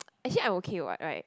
actually I'm okay what right